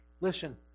Listen